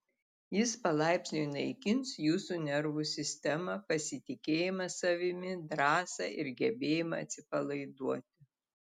jis palaipsniui naikins jūsų nervų sistemą pasitikėjimą savimi drąsą ir gebėjimą atsipalaiduoti